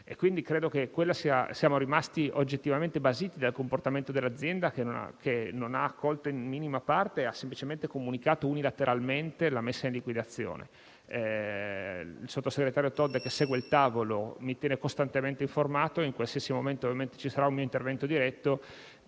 molto diversa. Siamo rimasti dunque oggettivamente basiti dal comportamento dell'azienda, che non ha accolto in minima parte la proposta e ha semplicemente comunicato unilateralmente la messa in liquidazione. Il sottosegretario Todde, che segue il tavolo, mi tiene costantemente informato. Credo che, in qualsiasi momento ci sarà un mio intervento diretto,